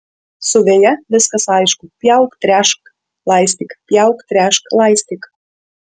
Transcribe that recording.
su veja viskas aišku pjauk tręšk laistyk pjauk tręšk laistyk